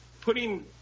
putting